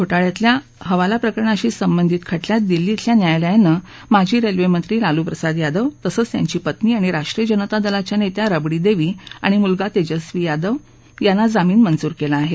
घो ळ्यातल्या हवाला प्रकरणाशी संबंधित ख क्यात दिल्ली इथल्या न्यायालयानं माजी रेल्वेमंत्री लालु प्रसाद यादव तसंच त्यांची पत्नी आणि राष्ट्रीय जनता दलाच्या नेत्या रबडी देवी आणि मुलगा तेजस्वी यादव यांना जामीन मंजूर केला आहे